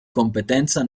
competenza